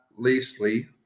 leastly